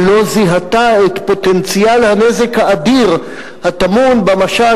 שלא זיהתה את פוטנציאל הנזק האדיר הטמון במשט